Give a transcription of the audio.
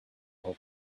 hold